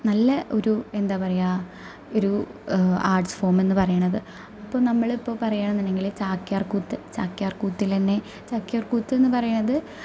നല്ല ഒരു എന്താ പറയുക ഒരു ആര്ട്സ് ഫോർമ് എന്ന് പറയുന്നത് അപ്പോൾ നമ്മൾ ഇപ്പോൾ പറയുകയാണെന്ന് ഉണ്ടെങ്കില് ചാക്യാര്കൂത്ത് ചാക്യാര്കൂത്തിൽ തന്നെ ചാക്യാര്കൂത്ത് എന്ന് പറയുന്നത്